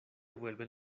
vuelven